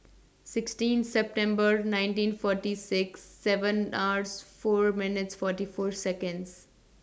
sixteen September nineteen forty six seven R four minutes forty four Seconds